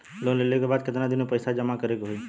Loan लेले के बाद कितना दिन में पैसा जमा करे के होई?